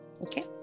Okay